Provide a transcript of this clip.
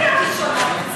מדברים על רצח ועל דם של